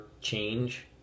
change